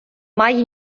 має